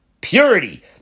purity